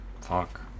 Fuck